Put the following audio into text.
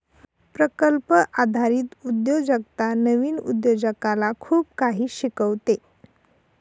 प्रकल्प आधारित उद्योजकता नवीन उद्योजकाला खूप काही शिकवते